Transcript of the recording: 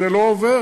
זה לא עובר.